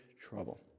trouble